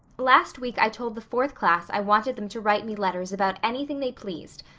last week i told the fourth class i wanted them to write me letters about anything they pleased,